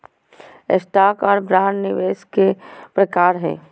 stock आर bond निवेश के प्रकार हय